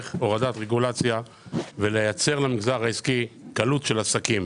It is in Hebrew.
הורדת רגולציה ולייצר למגזר העסקי קלות של עסקים.